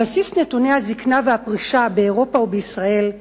על בסיס נתוני הזיקנה והפרישה באירופה ובישראל,